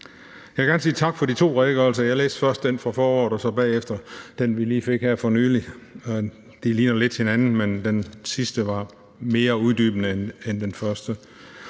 Jeg vil gerne sige tak for de to redegørelser. Jeg læste først den fra foråret og bagefter den, vi lige fik her for nylig. De ligner lidt hinanden, men den sidste var mere uddybende end den første.